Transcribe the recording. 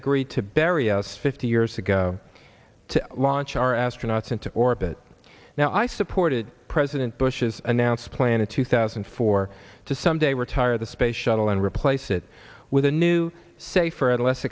agreed to bury us fifty years ago to launch our astronauts into orbit now i supported president bush's announce plan in two thousand and four to someday retire the space shuttle and replace it with a new safer and less